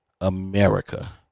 America